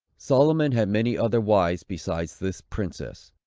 solomon had many other wives besides this princess,